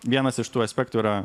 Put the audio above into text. vienas iš tų aspektų yra